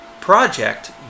project